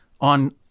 on